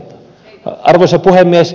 arvoisa puhemies